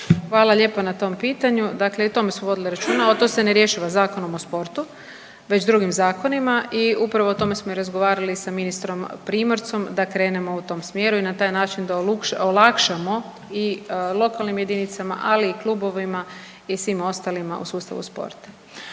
Hvala lijepa na tom pitanju. Dakle i o tome smo vodili računa, to se ne rješava Zakonom o sportu već drugim zakonima i upravo o tome smo i razgovarali sa ministrom Primorcom da krenemo u tom smjeru i na taj način da olakšamo i lokalnim jedinicama, ali i klubovima i svim ostalima u sustavu sporta.